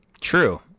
True